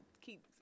keep